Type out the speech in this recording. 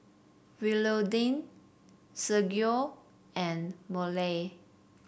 Willodean Sergio and Mollie